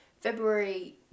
February